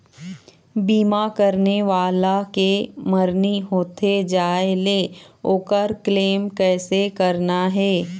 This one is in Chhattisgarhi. बीमा करने वाला के मरनी होथे जाय ले, ओकर क्लेम कैसे करना हे?